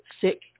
sick